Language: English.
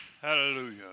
Hallelujah